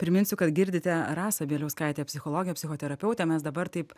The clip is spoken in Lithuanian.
priminsiu kad girdite rasą bieliauskaitę psichologę psichoterapeutę mes dabar taip